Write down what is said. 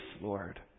lord